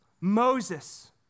Moses